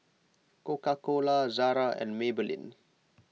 Coca Cola Zara and Maybelline